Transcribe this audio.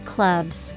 Clubs